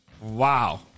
Wow